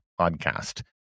podcast